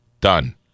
Done